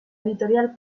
editorial